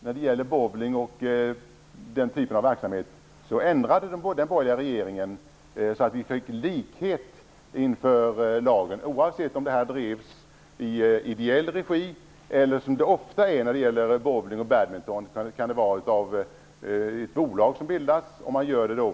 När det gäller bowling och den typen av verksamhet ändrade den borgerliga regeringen reglerna så att det blev likhet inför lagen, oavsett om verksamheten drevs i ideell regi eller av ett företag - vilket ofta är fallet i fråga om bowling och badminton.